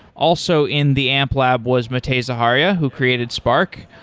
also in the amplab was matei zaharia, who created spark.